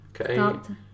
okay